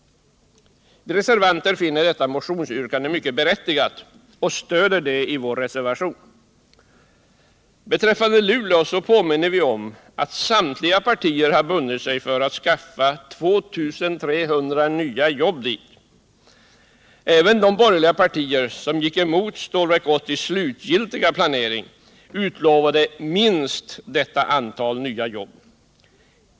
Vi reservanter finner detta motionsyrkande mycket berättigat och stöder det i vår reservation. Beträffande Luleå påminner vi om att samtliga partier bundit sig för att skaffa 2 300 nya jobb dit. Även de borgerliga partier som gick emot Stålverk 80:s slutgiltiga planering utlovade minst detta antal nya jobb.